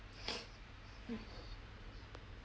mm